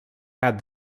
had